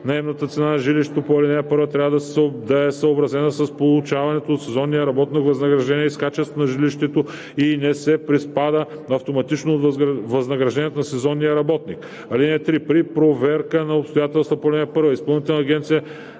наемната цена на жилището по ал. 1 трябва да е съобразена с получаваното от сезонния работник възнаграждение и с качеството на жилището и не се приспада автоматично от възнаграждението на сезонния работник. (3) При проверка на обстоятелствата по ал. 1 Изпълнителна агенция